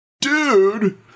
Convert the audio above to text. dude